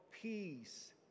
peace